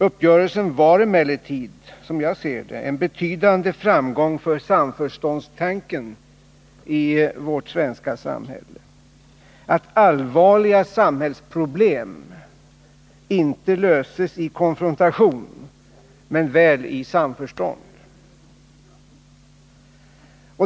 Uppgörelsen var emellertid, som jag ser det, en betydande framgång för samförståndstanken i vårt svenska samhälle: att allvarliga samhällsproblem inte löses i konfrontation, men väl i samförstånd.